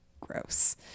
gross